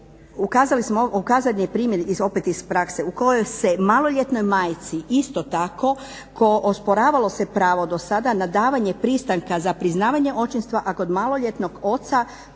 Kad govorimo, ukazan je primjer opet iz prakse u kojoj se maloljetnoj majci isto tako osporavalo se pravo do sada na davanje pristanka za priznavanje očinstva, a kod maloljetnog oca